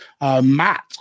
Matt